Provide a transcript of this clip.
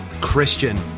Christian